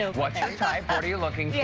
what are you looking